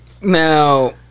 now